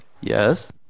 Yes